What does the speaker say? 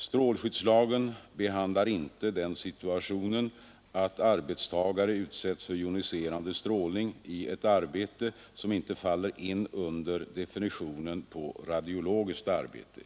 Strålskyddslagen behandlar inte den situationen att arbetstagare utsätts för Joniserande strålning i ett arbete som inte faller in under definitionen på radiologiskt arbete.